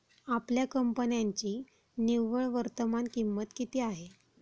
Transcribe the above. आपल्या कंपन्यांची निव्वळ वर्तमान किंमत किती आहे?